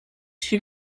hier